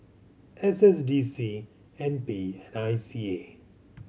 S S D C N P and I C A